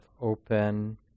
open